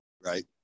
Right